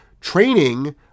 training